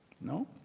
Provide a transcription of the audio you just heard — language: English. No